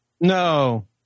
No